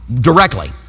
Directly